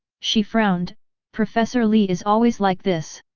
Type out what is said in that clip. she frowned professor li is always like this.